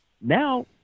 now